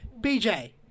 BJ